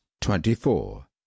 twenty-four